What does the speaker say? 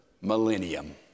millennium